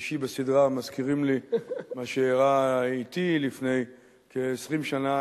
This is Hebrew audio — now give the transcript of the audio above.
השלישי בסדרה מזכירים לי מה שאירע אתי לפני כ-20 שנה.